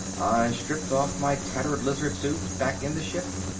stripped off my tattered lizard suit back in the ship,